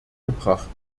gebracht